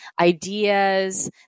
ideas